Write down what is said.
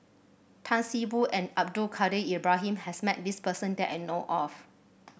Tan See Boo and Abdul Kadir Ibrahim has met this person that I know of